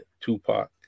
Tupac